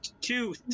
Two